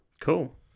Cool